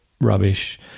rubbish